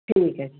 ਠੀਕ ਹੈ ਜੀ